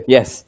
Yes